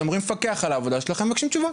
שאמורים לפקח על העבודה שלכם מבקשים תשובות.